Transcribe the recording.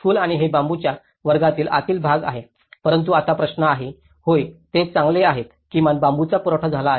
school आणि हे बांबूच्या वर्गातील आतील भाग आहे परंतु आता प्रश्न आहे होय ते चांगले आहेत किमान बांबूचा पुरवठा झाला आहे